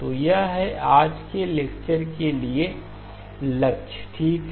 तो यह है आज के लेक्चर के लिए लक्ष्य ठीक है